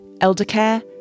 eldercare